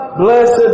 Blessed